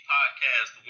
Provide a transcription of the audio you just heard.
Podcast